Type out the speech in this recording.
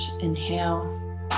inhale